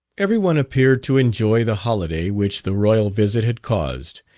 every one appeared to enjoy the holiday which the royal visit had caused.